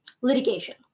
litigation